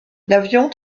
l’avion